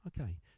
Okay